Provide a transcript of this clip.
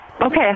Okay